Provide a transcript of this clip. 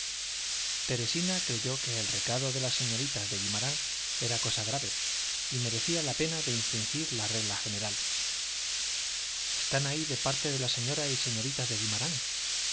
teresina creyó que el recado de las señoritas de guimarán era cosa grave y merecía la pena de infringir la regla general están ahí de parte de la señora y señoritas de guimarán